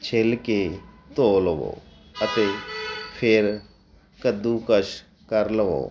ਛਿਲ ਕੇ ਧੋ ਲਵੋ ਅਤੇ ਫਿਰ ਕੱਦੂਕਸ਼ ਕਰ ਲਵੋ